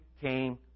came